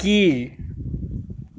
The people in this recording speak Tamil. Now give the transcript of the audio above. கீழ்